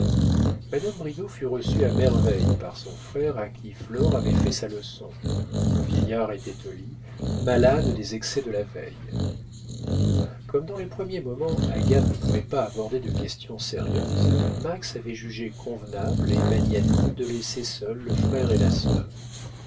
madame bridau fut reçue à merveille par son frère à qui flore avait fait sa leçon le vieillard était au lit malade des excès de la veille comme dans les premiers moments agathe ne pouvait pas aborder de questions sérieuses max avait jugé convenable et magnanime de laisser seuls le frère et la sœur